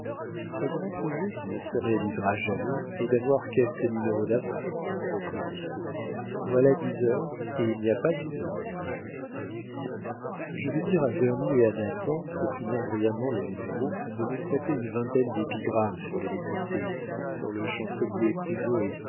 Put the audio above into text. le grand projet qui ne se réalisera jamais est d'avoir quelques numéros d'avance reprit lousteau voilà dix heures et il n'y a pas une ligne je vais dire à vernou et à nathan pour finir brillamment le numéro de nous prêter une vingtaine d'épigrammes sur les députés sur le chancelier